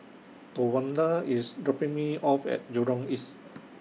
Towanda IS dropping Me off At Jurong East